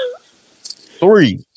Three